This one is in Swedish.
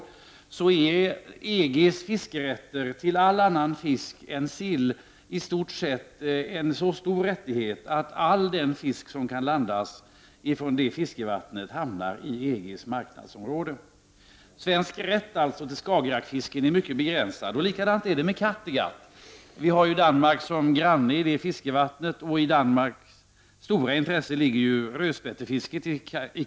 Enligt avtalet är EG-ländernas fiskerätter till all annan fisk än sill så stora att i stort sett all den fisk som kan landas ifrån Skagerrak hamnar i EG:s marknadsområde. Den svenska rätten till Skagerrakfisken är alltså mycket begränsad. Det förhåller sig på samma sätt med Kattegatt. Danmark är vår granne när det gäller Kattegatt och har stora intressen i rödspättefisket där.